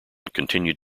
continued